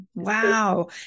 Wow